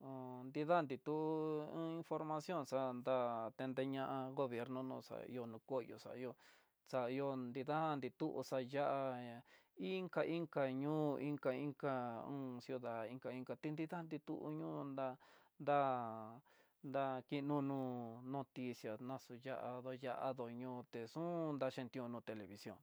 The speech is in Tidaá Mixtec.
hon ndida ni tú hon información xandá, ndede ña gobierno no xainó koyó xa ihó nrida nitu xaya'á inka, inka ñoo inka inka ciudad, inka inka ti nrida ni tú ñoo dán, da da kinunu noticia naxu ya'á daya'á no ñoté xun daxhin tiuno televición.